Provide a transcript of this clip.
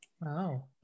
Wow